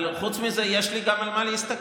אבל חוץ מזה יש לי גם על מה להסתכל.